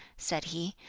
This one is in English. said he,